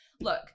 Look